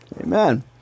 Amen